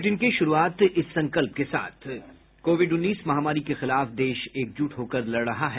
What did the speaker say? bulletin की शुरूआत इस संकल्प के साथ कोविड उन्नीस महामारी के खिलाफ देश एकजुट होकर लड़ रहा है